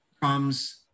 comes